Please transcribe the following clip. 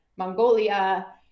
Mongolia